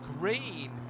green